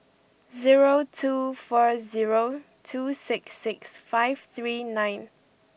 zero two four zero two six six five three nine